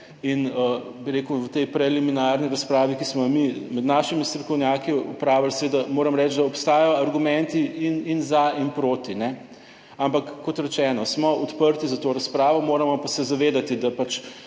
in, bi rekel, v tej preliminarni razpravi, ki smo jo mi med našimi strokovnjaki opravili, seveda moram reči, da obstajajo argumenti in za in proti, ampak kot rečeno, smo odprti za to razpravo. Moramo pa se zavedati, da pač